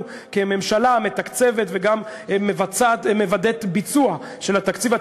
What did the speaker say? כממשלה מתקצבת וגם מוודאת ביצוע של התקציב.